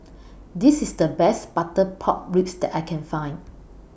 This IS The Best Butter Pork Ribs that I Can Find